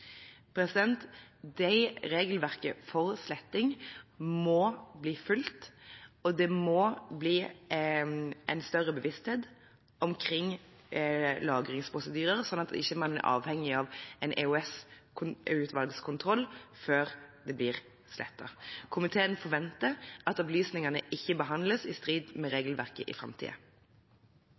Regelverket for sletting må bli fulgt, og det må bli en større bevissthet omkring lagringsprosedyrer, slik at man ikke er avhengig av EOS-utvalgets kontroll før det blir slettet. Komiteen forventer at opplysningene ikke behandles i strid med regelverket i